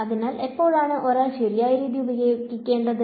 അതിനാൽ എപ്പോഴാണ് ഒരാൾ ശരിയായ രീതി ഉപയോഗിക്കേണ്ടത്